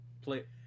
play